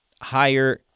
higher